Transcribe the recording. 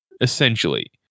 essentially